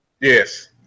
Yes